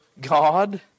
God